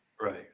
Right